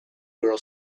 girl